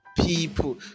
people